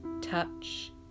touch